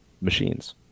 machines